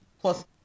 Plus